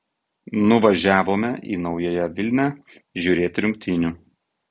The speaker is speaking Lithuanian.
nuvažiavome į naująją vilnią žiūrėti rungtynių